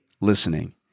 listening